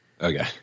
Okay